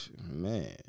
Man